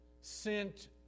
sent